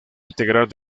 integral